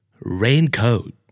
Raincoat